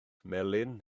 melyn